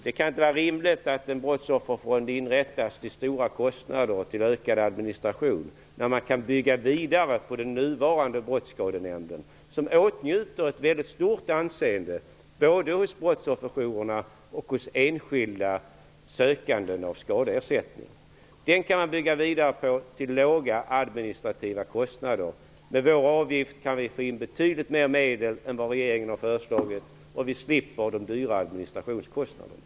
Det kan inte vara rimligt att en brottsofferfond inrättas till stora kostnader och med en ökad administration till följd när man kan bygga vidare på den nuvarande Brottsskadenämnden. Den åtnjuter ett stort anseende både hos brottsofferjourerna och hos enskilda sökanden av skadeersättning. Den kan man bygga vidare på till låga administrativa kostnader. Med vår avgift kan vi få in betydligt mer medel än vad regeringen har föreslagit, och vi slipper de dyra administrationskostnaderna.